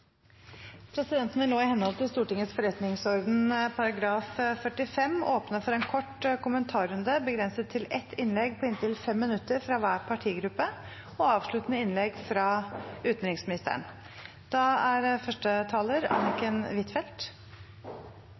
Presidenten vil nå, i henhold til Stortingets forretningsorden § 45, åpne for en kort kommentarrunde begrenset til ett innlegg på inntil 5 minutter fra hver partigruppe og avsluttende innlegg fra utenriksministeren.